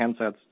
handsets